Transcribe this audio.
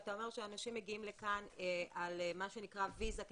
אתה אומר שאנשים מגיעים לכאן על מה שנקרא ויזה,